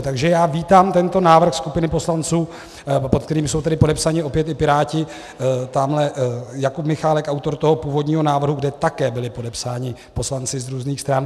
Takže já vítám tento návrh skupiny poslanců, pod kterým jsou opět podepsáni i piráti, tamhle Jakub Michálek, autor toho původního návrhu, kde také byli podepsáni poslanci z různých stran.